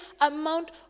amount